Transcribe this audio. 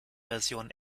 version